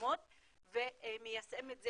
מתקדמות ומיישם את זה